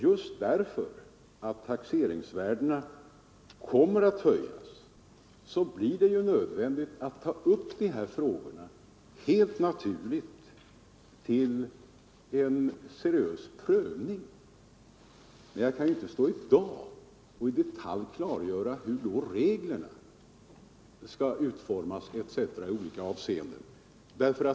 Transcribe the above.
Just därför att taxeringsvärdena kommer att höjas blir det, helt naturligt, nödvändigt att ta upp de här frågorna till en seriös prövning, men jag kan inte i dag stå här och i detalj klargöra hur reglerna skall utformas i olika avseenden.